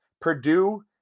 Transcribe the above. Purdue